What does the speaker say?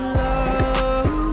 love